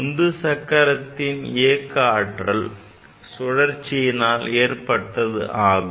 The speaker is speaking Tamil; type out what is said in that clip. உந்து சக்கரத்தின் இயக்க ஆற்றல் சுழற்சியினால் ஏற்பட்டதாகும்